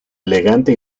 elegante